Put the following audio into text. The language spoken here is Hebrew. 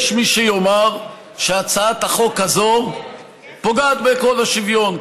יש מי שיאמר שהצעת החוק הזאת פוגעת בעקרון השוויון,